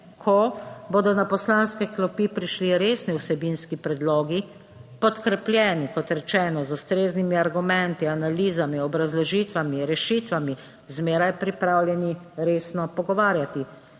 če/ko bodo na poslanske klopi prišli resni vsebinski predlogi, podkrepljeni, kot rečeno, z ustreznimi argumenti, analizami, obrazložitvami, rešitvami, zmeraj pripravljeni resno pogovarjati,